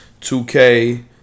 2K